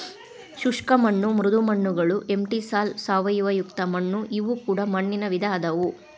ಶುಷ್ಕ ಮಣ್ಣು ಮೃದು ಮಣ್ಣುಗಳು ಎಂಟಿಸಾಲ್ ಸಾವಯವಯುಕ್ತ ಮಣ್ಣು ಇವು ಕೂಡ ಮಣ್ಣಿನ ವಿಧ ಅದಾವು